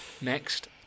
next